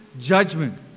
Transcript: judgment